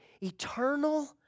eternal